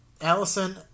Allison